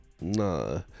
Nah